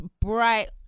bright